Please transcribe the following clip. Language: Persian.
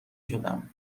شدم